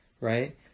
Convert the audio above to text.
right